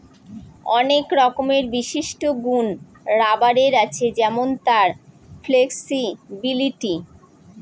অনেক রকমের বিশিষ্ট গুন রাবারের আছে যেমন তার ফ্লেক্সিবিলিটি